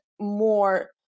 more